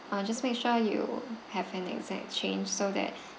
uh just make sure you have an exact change so that